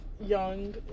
young